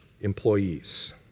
employees